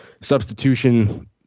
substitution